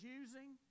using